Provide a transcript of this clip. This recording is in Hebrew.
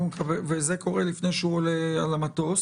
זה קורה לפני שהוא עולה על המטוס.